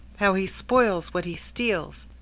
how he spoils what he steals!